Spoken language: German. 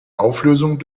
auflösung